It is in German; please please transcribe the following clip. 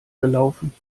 gelaufen